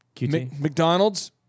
McDonald's